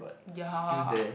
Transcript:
ya